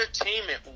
entertainment